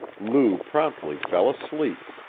lou promptly fell asleep,